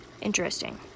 Interesting